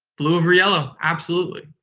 blue over yellow, absolutely.